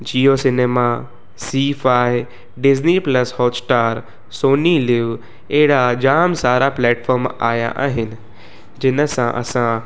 Jio cinema सी फाए Disney plus Hotstar Sony LIV अहिड़ा जाम सारा प्लेटफॉम आया आहिनि जिन सां असां